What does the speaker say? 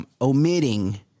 Omitting